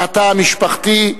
מהתא המשפחתי,